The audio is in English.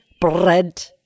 Bread